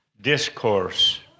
Discourse